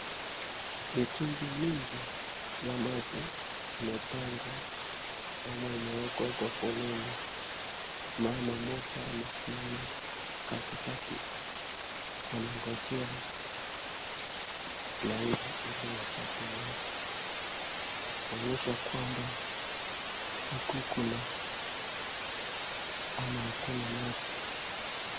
Mitungi mingi ya maji imepangwa ama imewekwa kwa foleni, mama moja anasimama katikati wanangojea laini hili wapate maji, kuonyesha kwamba huku kuna ama hakuna maji.